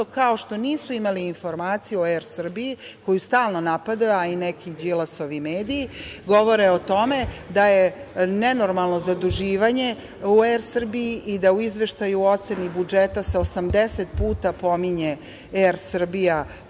kao što nisu imali informaciju o „Er Srbiji“ koju stalno napadaju, a i neki Đilasovi mediji govore o tome da je nenormalno zaduživanje u „Er Srbiji“ i da u Izveštaju i oceni budžeta se 80 puta pominje „Er Srbija“